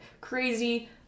crazy